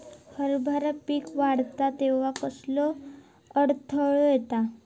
हरभरा पीक वाढता तेव्हा कश्याचो अडथलो येता?